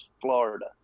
Florida